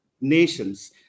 nations